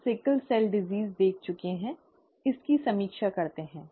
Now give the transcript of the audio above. हम sickle cell रोग देख चुके हैं इसकी समीक्षा करते हैं